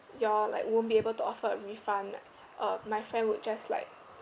you all like won't be able to offer a refund uh my friend would just like